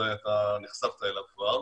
שבוודאי אתה נחשפת אליו כבר,